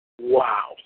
wow